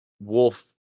wolf